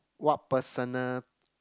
what personal